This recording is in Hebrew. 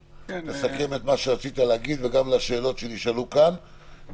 אם יש תקופות שאתה צריך למדוד כדי לא לעבור הנחיות בטיחות,